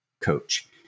coach